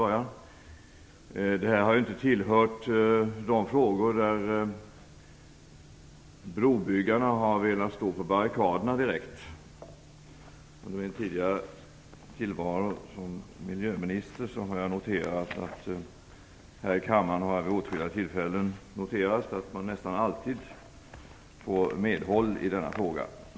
Detta ärende har inte varit en av de frågor där brobyggarna har velat stå på barrikaderna. Under min tidigare tillvaro som miljöminister har jag vid åtskilliga tillfällen i kammaren noterat att jag nästan alltid får medhåll i denna fråga.